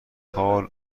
حاال